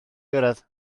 gyrraedd